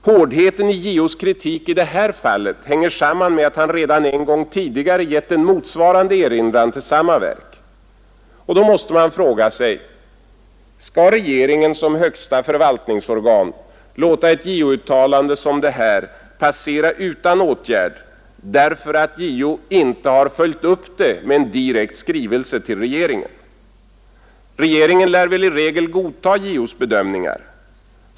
Hårdheten i JO:s kritik i detta fall hänger samman med att han redan en gång tidigare givit en motsvarande erinran till samma verk. Man måste fråga: Skall regeringen som högsta förvaltningsorgan låta ett JO-uttalande som det här passera utan åtgärd därför att JO inte har följt upp det med en skrivelse direkt till regeringen? Regeringen lär i regel godta JO:s bedömning.